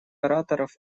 ораторов